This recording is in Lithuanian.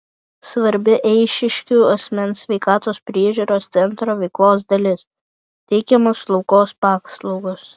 svarbi eišiškių asmens sveikatos priežiūros centro veiklos dalis teikiamos slaugos paslaugos